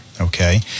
okay